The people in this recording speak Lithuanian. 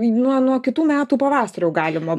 nuo nuo kitų metų pavasario galima